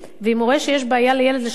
ואם הוא רואה שיש בעיה לילד לשלם את